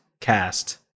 cast